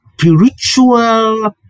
spiritual